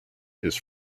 his